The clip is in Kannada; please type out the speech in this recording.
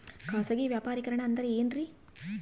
ಖಾಸಗಿ ವ್ಯಾಪಾರಿಕರಣ ಅಂದರೆ ಏನ್ರಿ?